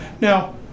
Now